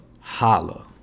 Holla